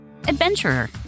Adventurer